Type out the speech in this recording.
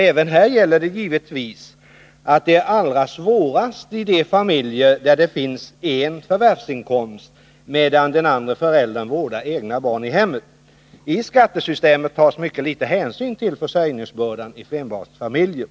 Även här gäller givetvis att det är allra svårast i de familjer där det bara finns en förvärvsinkomst och där den andra föräldern vårdar egna barn i hemmet. I skattesystemet tas mycket liten hänsyn till försörjningsbördan i flerbarnsfamiljer.